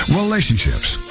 relationships